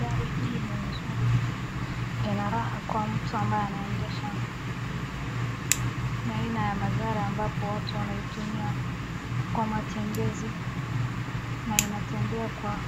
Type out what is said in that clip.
Gari hili ni nzuri. Ina raha kwa mtu ambaye anaendesha. Ni aina ya magari ambapo watu wanaitumia kwa matembezi na inatembea kwa